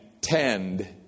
tend